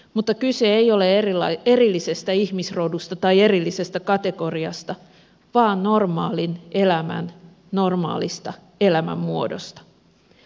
mutta kyse ei ole erillisestä ihmisrodusta tai erillisestä kategoriasta vaan normaalin elämän normaalista elämänmuodosta